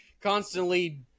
constantly